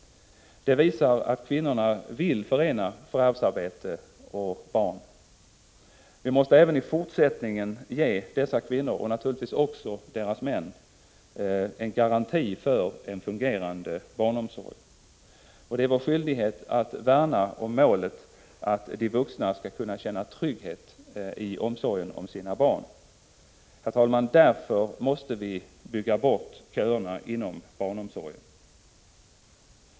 Det visar att kvinnorna vill förena förvärvsarbete och barn. Vi måste även i fortsättningen ge dessa kvinnor, och naturligtvis också deras män, en garanti för en fungerande barnomsorg. Det är vår skyldighet att värna om målet att de vuxna skall kunna känna trygghet i omsorgen om sina barn. Därför måste vi, herr talman, bygga bort köerna inom barnomsorgen.